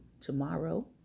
tomorrow